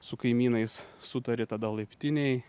su kaimynais sutari tada laiptinėj